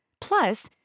Plus